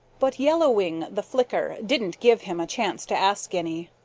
but yellow wing the flicker didn't give him a chance to ask any.